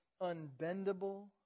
Unbendable